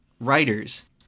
writers